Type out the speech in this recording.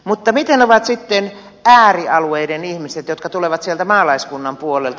mutta miten ovat sitten äärialueiden ihmiset jotka tulevat sieltä maalaiskunnan puolelta